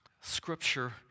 Scripture